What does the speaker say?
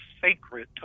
sacred